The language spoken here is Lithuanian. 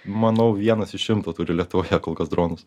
manau vienas iš šimto turi lietuvoje kol kas dronus